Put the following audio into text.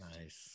Nice